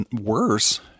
worse